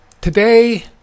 today